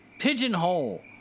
Pigeonhole